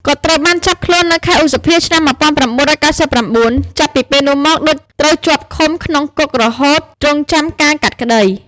គាត់ត្រូវបាន ចាប់ខ្លួននៅខែឧសភា ឆ្នាំ១៩៩៩ចាប់ពីពេលនោះមក ឌុច ត្រូវជាប់ឃុំ ក្នុងគុករហូតរង់ចាំការកាត់ក្តី។